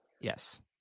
Yes